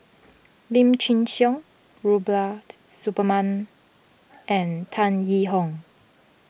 Lim Chin Siong Rubiaht Suparman and Tan Yee Hong